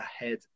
ahead